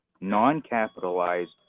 non-capitalized